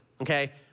okay